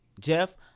Jeff